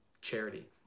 charity